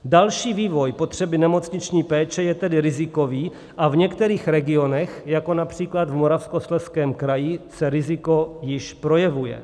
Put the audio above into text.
Další vývoj potřeby nemocniční péče je tedy rizikový a v některých regionech, jako například v Moravskoslezském kraji, se riziko již projevuje.